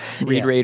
Read